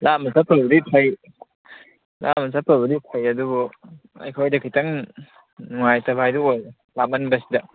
ꯂꯥꯞꯅ ꯆꯠꯄꯕꯨꯗꯤ ꯐꯩ ꯂꯥꯞꯅ ꯆꯠꯄꯕꯨꯗꯤ ꯐꯩ ꯑꯗꯨꯕꯨ ꯑꯩꯈꯣꯏꯗ ꯈꯤꯇꯪ ꯅꯨꯡꯉꯥꯏꯇꯕ ꯍꯥꯏꯗꯨ ꯑꯣꯏꯔꯦ ꯂꯥꯞꯃꯟꯕꯁꯤꯗ